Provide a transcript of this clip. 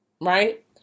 right